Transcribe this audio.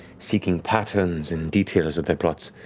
seeking patterns and details of their plots,